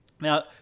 Now